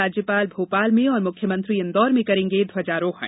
राज्यपाल भोपाल में और मुख्यमंत्री इंदौर में करेंगे ध्वजारोहण